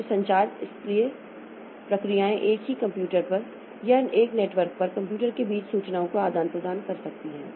फिर संचार इसलिए प्रक्रियाएं एक ही कंप्यूटर पर या एक नेटवर्क पर कंप्यूटर के बीच सूचनाओं का आदान प्रदान कर सकती हैं